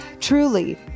Truly